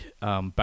back